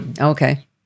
Okay